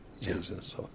Jesus